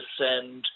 send